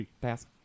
Pass